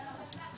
אבל עכשיו